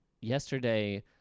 yesterday